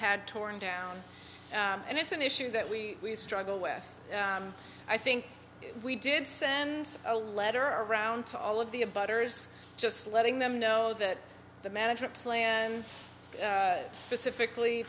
had torn down and it's an issue that we struggle with i think we did send a letter around to all of the a butter's just letting them know that the management plan specifically